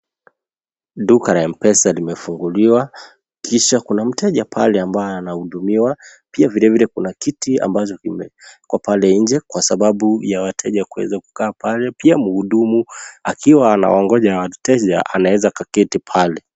Duka la mpesa limefunguliwa kisha kuna mteja pale ambaye anahudumiwa pia vilevile kuna kiti ambachi kumewekwa pale nje kwa sababu ya wateja kuweza kukaa pale, pia muhudumu, akiwa anawongoja wateja, anaeza kaketi pale.